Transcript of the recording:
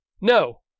No